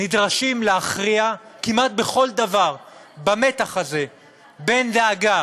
נדרשים להכריע כמעט בכל דבר במתח הזה בין דאגה